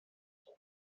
har